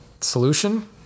solution